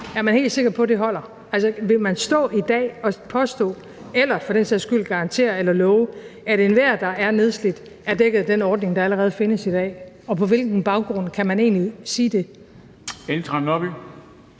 er man så helt sikker på, at det holder? Altså, vil man stå i dag og påstå eller for den sags skyld garantere eller love, at enhver, der er nedslidt, er dækket af den ordning, der allerede findes i dag? Og på hvilken baggrund kan man egentlig sige det?